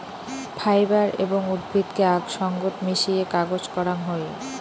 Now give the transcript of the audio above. fibre এবং উদ্ভিদকে আক সঙ্গত মিশিয়ে কাগজ করাং হই